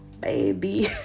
baby